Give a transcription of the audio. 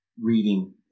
reading